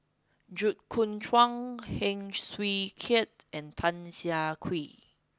Jit Koon Ch'ng Heng Swee Keat and Tan Siah Kwee